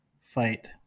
fight